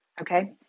Okay